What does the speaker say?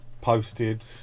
posted